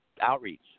outreach